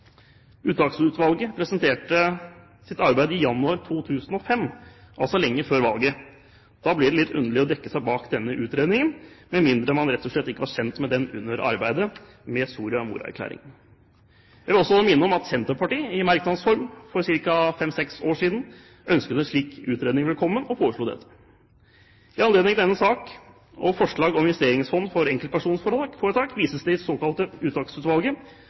Uttaksutvalget presenterte sitt arbeid i januar 2005, altså lenge før valget. Da blir det litt underlig å dekke seg bak denne utredningen, med mindre man rett og slett ikke var kjent med den under arbeidet med Soria Moria-erklæringen. Jeg vil også minne om at Senterpartiet i merknads form for ca. fem–seks år siden sa at de ønsket en slik utreding velkommen og foreslo det. I anledning denne sak om forslag om investeringsfond for enkeltpersonforetak vises det til det såkalte Uttaksutvalget,